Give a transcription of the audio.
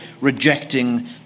rejecting